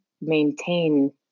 maintain